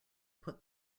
put